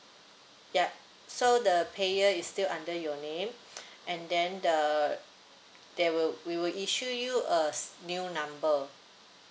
yup so the payer is still under your name and then the there will we will issue you a s~ new number